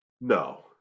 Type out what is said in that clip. no